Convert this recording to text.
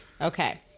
Okay